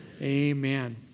Amen